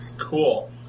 Cool